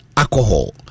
alcohol